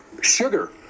Sugar